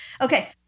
Okay